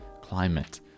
climate